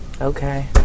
Okay